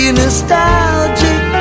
nostalgic